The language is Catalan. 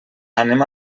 anem